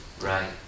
Right